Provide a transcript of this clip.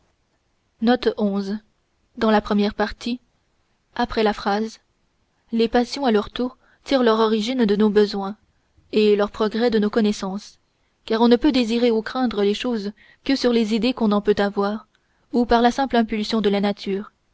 les passions à leur tour tirent leur origine de nos besoins et leur progrès de nos connaissances car on ne peut désirer ou craindre les choses que sur les idées qu'on en peut avoir ou par la simple impulsion de la nature